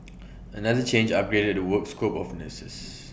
another change upgraded the work scope of nurses